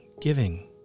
giving